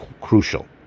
crucial